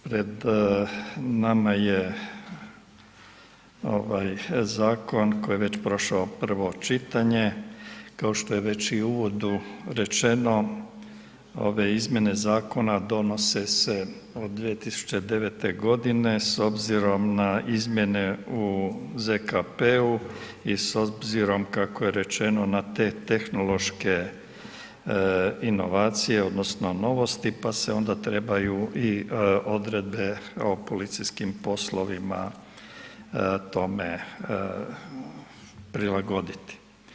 Pred nama je zakon koji je već prošao prvo čitanje, kao što je već i u uvodu rečeno, ove izmjene zakona donose od 2009. g. s obzirom na izmjene u ZKP-u i s obzirom kako je rečeno na te tehnološke inovacije odnosno novosti pa se onda trebaju i odredbe o policijskim poslovima tome prilagoditi.